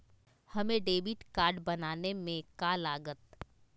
हमें debit card बनाने में का लागत?